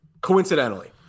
Coincidentally